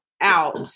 out